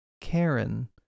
Karen